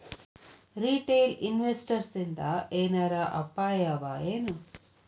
Retail ಇನ್ವೆಸ್ಟರ್ಸಿಂದಾ ಏನರ ಅಪಾಯವಎನು?